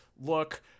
look